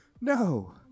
No